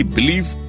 Believe